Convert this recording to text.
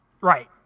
Right